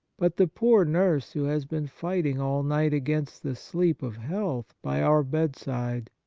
but the poor nurse who has been fighting all night against the sleep of health by our bedside,